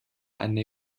eine